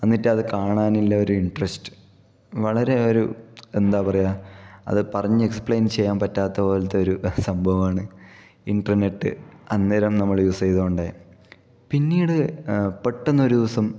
എന്നിട്ട് അത് കാണാനുള്ള ഒരു ഇൻട്രസ്റ്റ് വളരെ ഒരു എന്താ പറയുക അത് പറഞ്ഞു എക്സ്പ്ലെയിൻ ചെയ്യാൻ പറ്റാത്ത പോലത്തെ ഒരു സംഭവമാണ് ഇന്റർനെറ്റ് അന്നേരം നമ്മള് യൂസ് ചെയ്തോണ്ടെ പിന്നീട് പെട്ടന്നൊരു ദിവസം